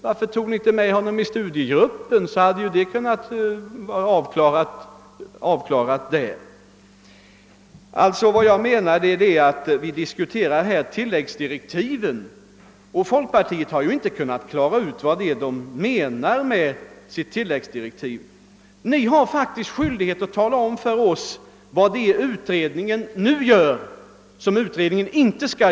Varför tog ni inte med honom i studiegruppen, så att det hade kunnat klaras av där? Vi diskuterar alltså frågan om tillläggsdirektiv, men folkpartiet har inte kunnat klara ut vad det menar med sitt förslag om tilläggsdirektiv. Ni har faktiskt skyldighet att tala om vad det är utredningen nu gör som den inte borde göra.